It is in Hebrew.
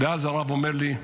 ואז הרב אומר לי,